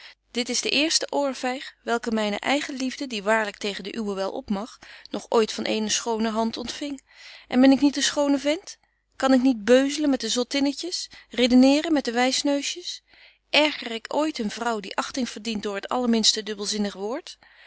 burgerhart is de eerste oorvyg welke myne eigenliefde die waarlyk tegen de uwe wel opmag nog ooit van eene schone hand ontfing en ben ik niet een schone vent kan ik niet beuzelen met de zottinnetjes redeneeren met de wysneusjes erger ik ooit een vrouw die achting verdient door het allerminste dubbelzinnig woord